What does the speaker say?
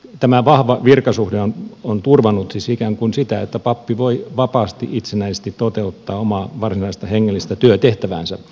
tämä vahva virkasuhde on turvannut siis ikään kuin sitä että pappi voi vapaasti itsenäisesti toteuttaa omaa varsinaista hengellistä työtehtäväänsä